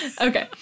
Okay